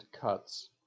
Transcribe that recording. cuts